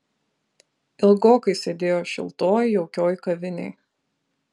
ilgokai sėdėjo šiltoj jaukioj kavinėj